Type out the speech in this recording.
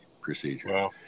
procedure